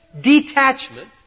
detachment